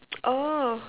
oh